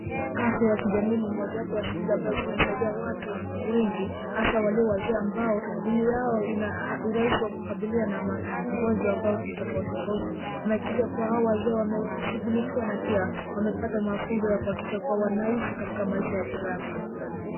Afya ya kijamii ni moja ya mambo muhimu ambayo husaidia watu wengi, hasa wale walio katika hali ngumu. Inasaidia kukabiliana na matatizo mbalimbali ya kiafya. Hawa watu wamepokea msaada na pia wamepata fursa ya kuishi katika mazingira yenye afya.